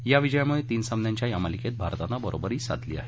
या विजयामुळे तीन सामन्याच्या या मालिकेत भारतानं बरोबरी साधली आहे